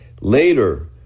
Later